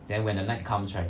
then when the night comes right